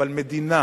אבל מדינה